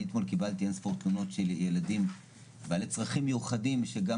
אני אתמול קיבלתי אין ספור תלונות של ילדים בעלי צרכים מיוחדים שגם